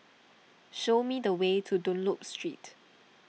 show me the way to Dunlop Street